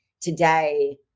today